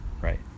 Right